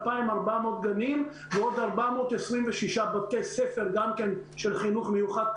2,400 גנים ועוד 426 בתי ספר גם של החינוך המיוחד,